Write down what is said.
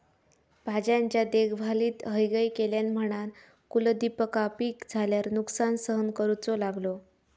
भाज्यांच्या देखभालीत हयगय केल्यान म्हणान कुलदीपका पीक झाल्यार नुकसान सहन करूचो लागलो